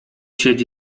siedzi